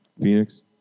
Phoenix